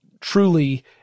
truly